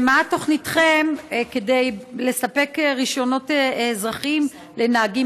מה תוכניתכם לספק רישיונות אזרחיים לנהגים